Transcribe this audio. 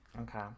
okay